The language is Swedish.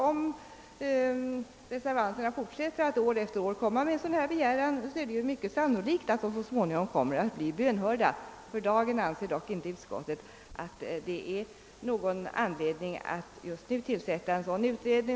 Om reservanterna fortsätter år efter år att göra en sådan framställning, är det sannolikt att de så småningom kommer att bli bönhörda. Utskottsmajoriteten anser dock att det just för dagen inte finns anledning att: tillsätta någon sådan utredning.